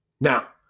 Now